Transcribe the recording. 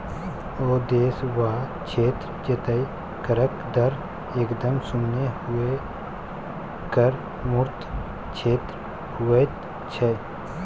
ओ देश वा क्षेत्र जतय करक दर एकदम शुन्य होए कर मुक्त क्षेत्र होइत छै